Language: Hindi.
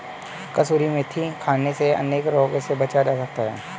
कसूरी मेथी खाने से अनेक रोगों से बचा जा सकता है